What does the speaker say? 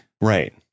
Right